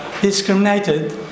discriminated